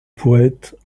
poète